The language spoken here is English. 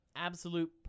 Absolute